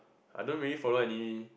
I don't really follow any